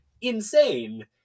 insane